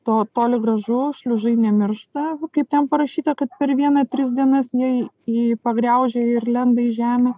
to toli gražu šliužai nemiršta kaip ten parašyta kad per vieną tris dienas jei jį pagraužia ir lenda į žemę